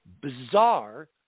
bizarre